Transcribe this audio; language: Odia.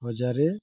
ହଜାରେ